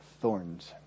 thorns